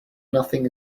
nothing